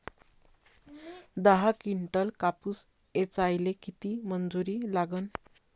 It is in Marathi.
दहा किंटल कापूस ऐचायले किती मजूरी लागन?